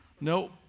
No